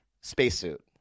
Spacesuit